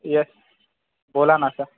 yes बोला ना sir